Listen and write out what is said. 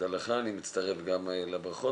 תודה לך, אני מצטרף גם לברכות.